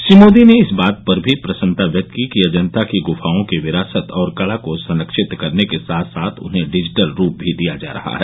श्री मोदी ने इस बात पर भी प्रसन्नता व्यक्त की कि अजंता की गुफाओं की विरासत और कला को संरक्षित करने के साथ साथ उन्हें डिजिटल रूप भी दिया जा रहा है